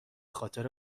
خاطر